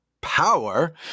power